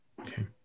Okay